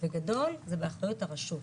בגדול זה באחריות הרשות,